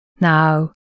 Now